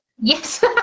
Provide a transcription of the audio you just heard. Yes